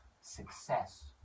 success